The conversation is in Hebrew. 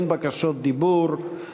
אין בקשות דיבור,